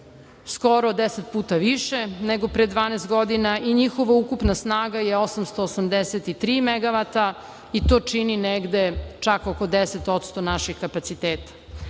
skoro 10 puta više nego pre 12 godina i njihova ukupna snaga je 883 megavata i to čini negde čak oko 10% naših kapaciteta. Trenutno